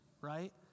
right